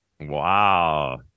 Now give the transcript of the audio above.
Wow